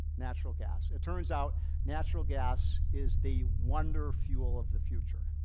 natural gas. it turns out natural gas is the wonder fuel of the future.